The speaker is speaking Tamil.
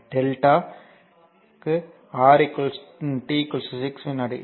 டெல்டா t 6 வினாடி